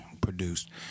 produced